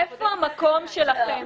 איפה המקום שלכם,